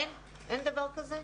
אין דבר כזה?